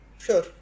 sure